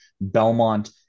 Belmont